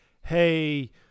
hey